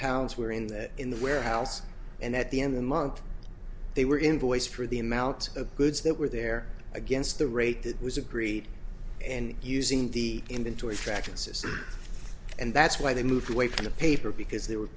pounds were in that in the warehouse and at the end the month they were invoice for the amount of goods that were there against the rate that was agreed and using the inventory practices and that's why they moved away from the paper because there were